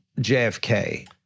JFK